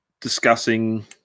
discussing